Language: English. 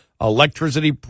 electricity